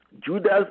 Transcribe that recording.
Judas